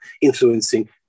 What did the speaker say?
influencing